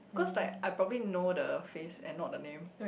cause like I probably know the face and not the name